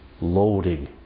loading